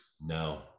No